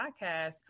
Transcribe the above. podcast